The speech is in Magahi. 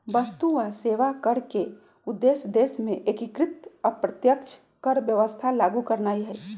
वस्तु आऽ सेवा कर के उद्देश्य देश में एकीकृत अप्रत्यक्ष कर व्यवस्था लागू करनाइ हइ